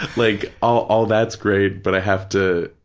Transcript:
like all all that's great, but i have to,